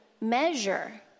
measure